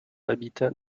habitat